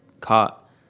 caught